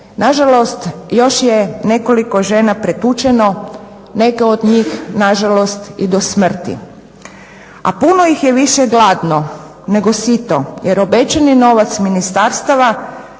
nažalost još je nekoliko žena pretučeno, neke od njih nažalost i do smrti. A puno ih je više gladno, nego sito jer obećani novac ministarstava,